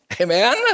Amen